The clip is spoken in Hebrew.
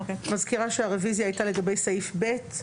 מזכירה שהרביזיה הייתה לגבי סעיף (ב).